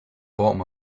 bottom